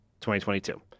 2022